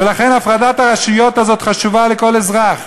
ולכן הפרדת הרשויות הזאת חשובה לכל אזרח.